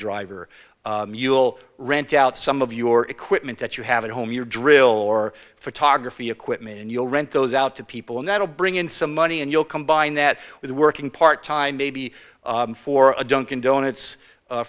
driver you'll rent out some of your equipment that you have at home your drill or photography equipment and you'll rent those out to people and that will bring in some money and you'll combine that with working part time maybe for a dunkin donuts